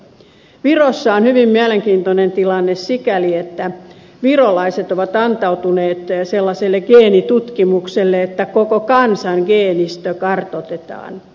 virossa on hyvin mielenkiintoinen tilanne sikäli että virolaiset ovat antautuneet sellaiselle geenitutkimukselle että koko kansan geenistö kartoitetaan